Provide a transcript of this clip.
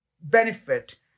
benefit